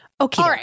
Okay